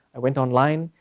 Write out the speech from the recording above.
i went online,